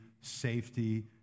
safety